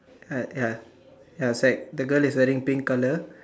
like ya ya it's like the girl is wearing pink color